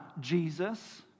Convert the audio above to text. Jesus